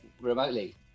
remotely